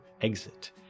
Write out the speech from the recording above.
exit